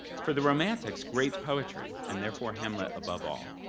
for the romantics, great poetry, and therefore hamlet above all,